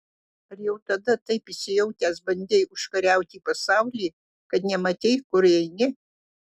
ar jau tada taip įsijautęs bandei užkariauti pasaulį kad nematei kur eini